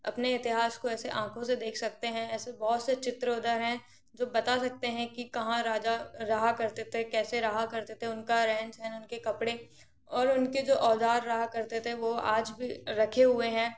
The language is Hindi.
अपने इतिहास को ऐसे आखों से देख सकते हैं ऐसे बहुत से चित्र उधर हैं जो बता सकते हैं कि कहाँ राजा रहा करते थे कैसे रहा करते थे उनका रहन सहन उनके कपड़े और उनके जो औज़ार रहा करते थे वो आज भी रखे हुए हैं